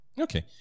okay